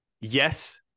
yes